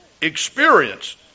experience